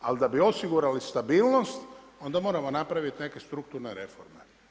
Ali da bi osigurali stabilnost onda moramo napraviti neke strukturne reforme.